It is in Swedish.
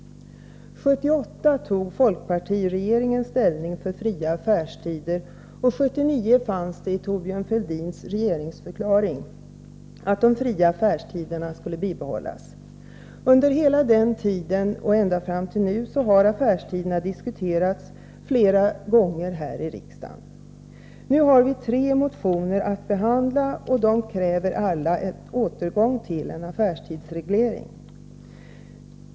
1978 tog folkpartiregeringen ställning för fria affärstider, och 1979 fanns det i Thorbjörn Fälldins regeringsförklaring att de fria affärstiderna skulle bibehållas. Under hela denna tid och ända fram till nu har affärstiderna diskuterats flera gånger här i riksdagen. Nu har vi tre motioner att behandla, och i alla tre krävs en återgång till affärstidsreglering.